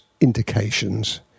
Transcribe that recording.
indications